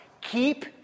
keep